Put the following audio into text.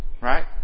right